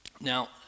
Now